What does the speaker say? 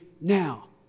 now